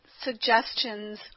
suggestions